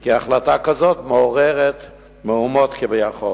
כי החלטה כזאת מעוררת מהומות כביכול.